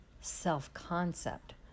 self-concept